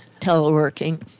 teleworking